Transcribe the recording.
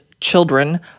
children